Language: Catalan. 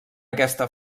aquesta